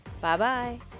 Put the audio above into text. Bye-bye